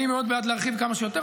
אני מאוד בעד להרחיב כמה שיותר.